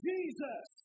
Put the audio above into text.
Jesus